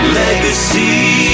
legacy